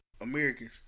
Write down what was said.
Americans